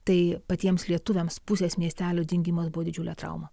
tai patiems lietuviams pusės miestelio dingimas buvo didžiulė trauma